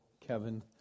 Kevin